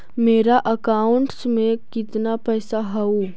मेरा अकाउंटस में कितना पैसा हउ?